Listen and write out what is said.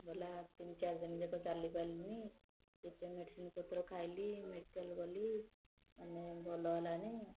ଗଲା ତିନି ଚାରି ଦିନ ଯାକ ଚାଲିପାରିଲିନି ଯେତେ ମେଡ଼ିସିନ୍ ପତ୍ର ଖାଇଲି ମେଡ଼ିକାଲ୍ ଗଲି ମାନେ ଭଲ ହେଲାନି